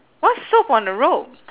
what's soap on a rope